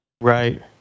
right